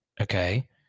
Okay